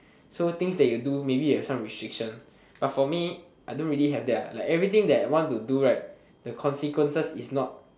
so things that you do maybe you have some restrictions but for me maybe I don't really have that lah like everything that I want to do right the consequences is not